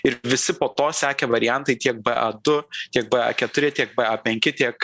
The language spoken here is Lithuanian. ir visi po to sekę variantai tiek b a du tiek b a keturi tiek b a penki tiek